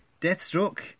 Deathstroke